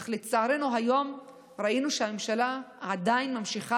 אך לצערנו היום ראינו שהממשלה עדיין ממשיכה